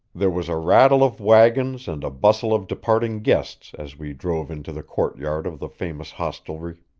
there was a rattle of wagons and a bustle of departing guests as we drove into the courtyard of the famous hostelry.